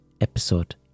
episode